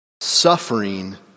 suffering